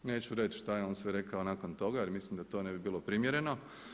Neću reći šta je on sve rekao nakon toga, jer mislim da to ne bi bilo primjereno.